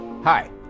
Hi